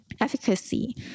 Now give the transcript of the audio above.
efficacy